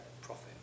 profit